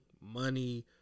money